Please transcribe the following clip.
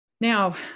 now